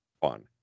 fun